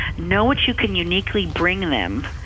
know what you can uniquely bring them,